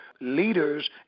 leaders